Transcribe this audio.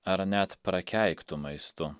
ar net prakeiktu maistu